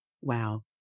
Wow